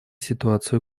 ситуацию